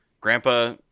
Grandpa